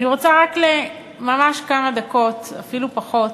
אני רוצה רק, ממש לכמה דקות, אפילו פחות,